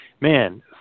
man